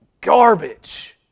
garbage